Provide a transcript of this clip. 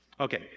Okay